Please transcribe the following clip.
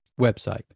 website